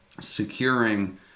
securing